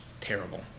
terrible